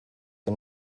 que